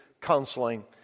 counseling